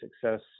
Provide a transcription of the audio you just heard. success